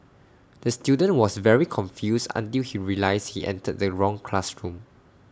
the student was very confused until he realised he entered the wrong classroom